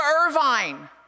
Irvine